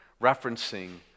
referencing